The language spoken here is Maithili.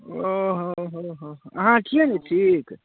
हँ हँ हँ हँ अहाँ छिए ने ठीक